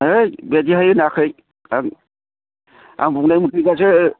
है बिदिहाय होनाखै आं आं बुंनायानो थिख खासो